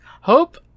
hope